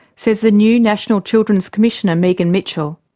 says the new national children's commissioner, megan mitchell.